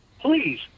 please